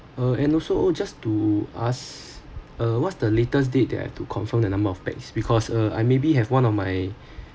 uh and also just to ask uh what's the latest date that I have to confirm the number of pax because uh I maybe have one of my